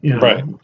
Right